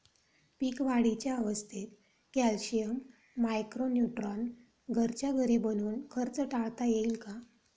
पीक वाढीच्या अवस्थेत calcium, micro neutron घरच्या घरी बनवून खर्च टाळता येईल का?